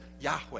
Yahweh